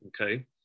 okay